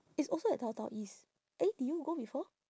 it's also at downtown east eh did you go before